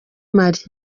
mali